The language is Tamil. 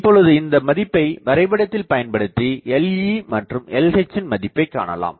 இப்பொழுது இந்தமதிப்பை வரைபடத்தில் பயன்படுத்தி Le மற்றும் Lh ன் மதிப்பை காணலாம்